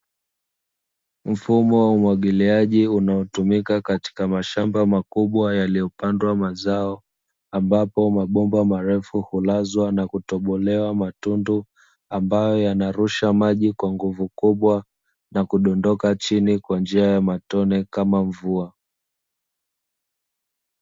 Mfumo wa umwagiliaji, unaotumika katika mashamba makubwa yaliyopandwa mazao, ambapo mabomba marefu hulazwa na kutobolewa matundu, ambayo yanarusha maji kwa nguvu kubwa, na kudondoka chini kwa njia ya matone kama mvua.